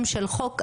ראוי.